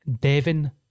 Devin